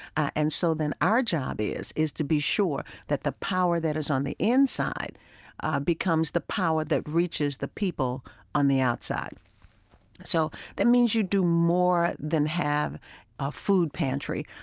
and so then our job is, is to be sure that the power that is on the inside becomes the power that reaches the people on the outside so that means you do more than have a food pantry,